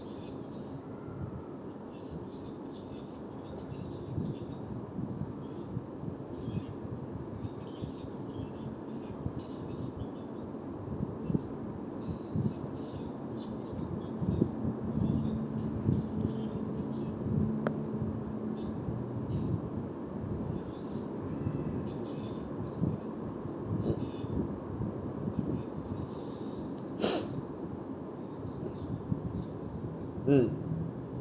mm mm mm